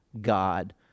God